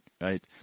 right